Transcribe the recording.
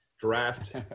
draft